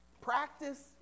Practice